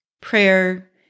prayer